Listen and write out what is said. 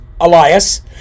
Elias